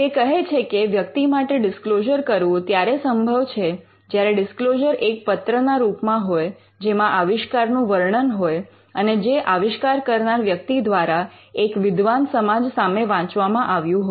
તે કહે છે કે વ્યક્તિ માટે ડિસ્ક્લોઝર કરવું ત્યારે સંભવ છે જ્યારે ડિસ્ક્લોઝર એક પત્ર ના રૂપમાં હોય જેમાં આવિષ્કારનું વર્ણન હોય અને જે આવિષ્કાર કરનાર વ્યક્તિ દ્વારા એક વિદ્વાન સમાજ સામે વાંચવામાં આવ્યું હોય